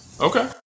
Okay